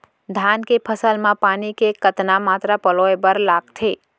धान के फसल म पानी के कतना मात्रा पलोय बर लागथे?